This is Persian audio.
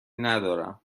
ندارم